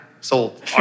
sold